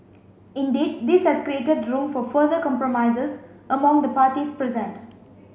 indeed this has created room for further compromises among the parties present